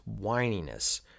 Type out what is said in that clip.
whininess